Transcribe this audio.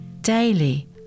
Daily